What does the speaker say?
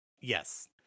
yes